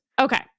Okay